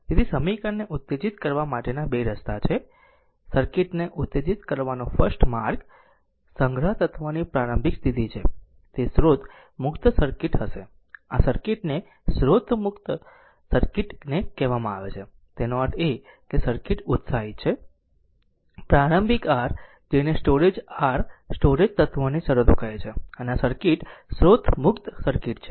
તેથી સર્કિટ ને ઉત્તેજિત કરવા માટેના બે રસ્તાઓ છે સર્કિટ ને ઉત્તેજિત કરવાનો ફર્સ્ટ માર્ગ સંગ્રહ તત્વની પ્રારંભિક સ્થિતિ છે તે સ્રોત મુક્ત સર્કિટ હશે આ સર્કિટ ને સ્રોત મુક્ત સર્કિટ કહેવામાં આવે છે તેનો અર્થ એ કે સર્કિટ ઉત્સાહિત છે પ્રારંભિક R જેને સ્ટોરેજ R સ્ટોરેજ તત્વોની શરતો કહે છે અને આ સર્કિટ સ્રોત મુક્ત સર્કિટ છે